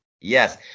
Yes